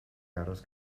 aros